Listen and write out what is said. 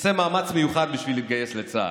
עושה מאמץ מיוחד בשביל להתגייס לצה"ל.